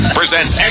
presents